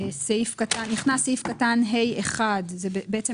נכנס סעיף קטן (ה1) בתוך